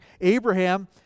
Abraham